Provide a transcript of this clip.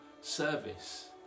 service